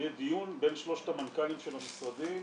שיהיה דיון בין שלושת המנכ"לים של המשרדים